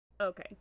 Okay